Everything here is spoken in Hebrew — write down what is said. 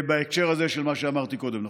בהקשר הזה של מה שאמרתי קודם לכן.